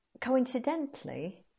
coincidentally